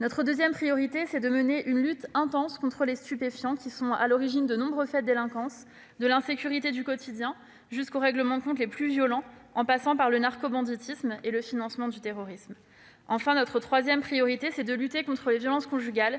Notre deuxième priorité est de mener une lutte intense contre les stupéfiants, qui sont à l'origine de nombreux faits de délinquance, de l'insécurité du quotidien jusqu'aux règlements de compte les plus violents, en passant par le narcobanditisme et le financement du terrorisme. Notre troisième priorité, enfin, est de lutter contre les violences conjugales,